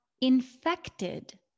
infected